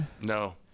No